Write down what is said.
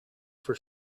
for